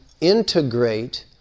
integrate